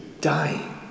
dying